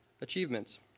achievements